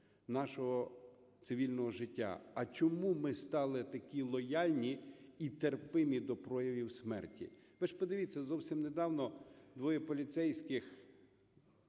нашого цивільного життя? А чому ми стали такі лояльні і терпимі до проявів смерті? Ви ж подивіться, зовсім недавно двоє поліцейських